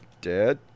dead